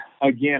again